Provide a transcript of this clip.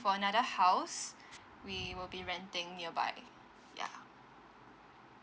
for another house we will be renting nearby ya